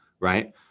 right